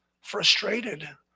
frustrated